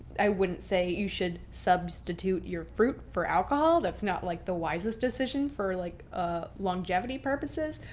i wouldn't say you should substitute your fruit for alcohol. that's not like the wisest decision for like ah longevity purposes,